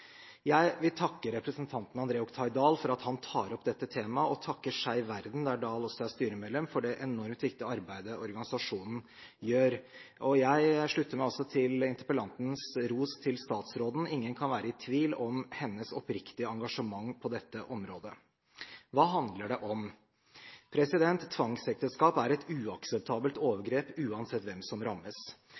Jeg vil takke representanten André Oktay Dahl for at han tar opp dette temaet, og takke Skeiv Verden, der Dahl også er styremedlem, for det enormt viktige arbeidet organisasjonen gjør. Jeg slutter meg også til interpellantens ros til statsråden. Ingen kan være i tvil om hennes oppriktige engasjement på dette området. Hva handler det om? Tvangsekteskap er et uakseptabelt overgrep uansett hvem som rammes.